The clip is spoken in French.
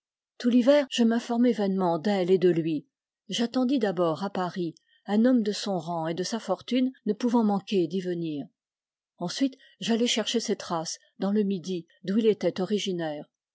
tout l'hiver je m'informai vainement d'elle et de lui j'attendis d'abord à paris un homme de son rang et de sa fortune ne pouvait manquer d'y revenir ensuite j'allai chercher ses traces dans le midi d'où il était originaire